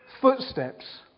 footsteps